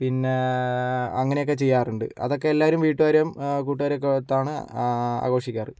പിന്നെ അങ്ങനെയൊക്കെ ചെയ്യാറുണ്ട് അതൊക്കെ എല്ലാവരും വീട്ടുകാരും കൂട്ടുകാരുമൊക്കെ ഒത്താണ് ആഘോഷിക്കാറ്